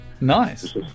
nice